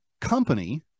company